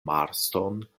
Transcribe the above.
marston